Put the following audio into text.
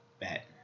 bet